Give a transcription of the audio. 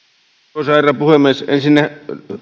arvoisa rouva puhemies ensinnä